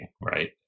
right